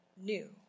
new